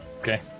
okay